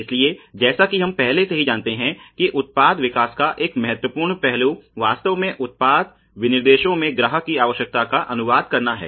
इसलिए जैसा कि हम पहले से ही जानते हैं कि उत्पाद विकास का एक महत्वपूर्ण पहलू वास्तव में उत्पाद विनिर्देशों में ग्राहक की आवश्यकता का अनुवाद करना है